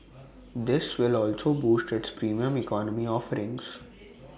this will also boost its Premium Economy offerings